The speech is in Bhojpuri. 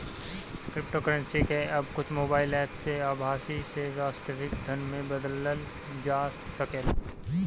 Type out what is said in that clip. क्रिप्टोकरेंसी के अब कुछ मोबाईल एप्प से आभासी से वास्तविक धन में बदलल जा सकेला